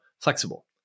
flexible